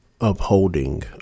upholding